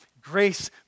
grace